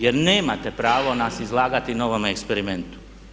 Jer nemate pravo nas izlagati novom eksperimentu.